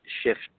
shift